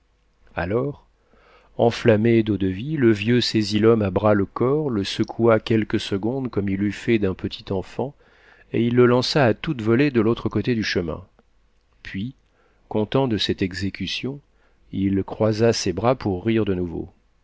alors enflammé d'eau-de-vie le vieux saisit l'homme à bras le corps le secoua quelques secondes comme il eût fait d'un petit enfant et il le lança à toute volée de l'autre côté du chemin puis content de cette exécution il croisa ses bras pour rire de nouveau